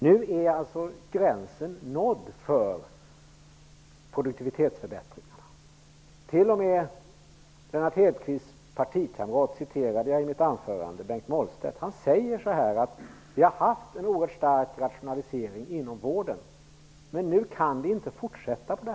Nu är gränsen nådd för produktivitetsförbättringarna. Jag citerade tidigare Han säger att det har skett en stark rationalisering inom vården. Men nu kan den inte fortsätta.